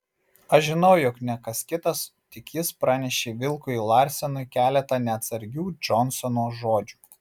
aš žinau jog ne kas kitas tik jis pranešė vilkui larsenui keletą neatsargių džonsono žodžių